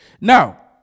Now